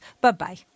Bye-bye